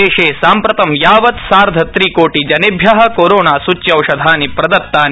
देशे साम्प्रतं यावत् सार्ध त्रि कोटि जनेभ्य कोरोना सूच्यौषधानि प्रदत्तानि